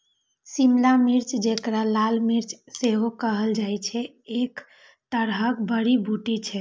शिमला मिर्च, जेकरा लाल मिर्च सेहो कहल जाइ छै, एक तरहक जड़ी बूटी छियै